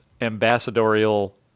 ambassadorial